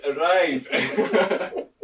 arrive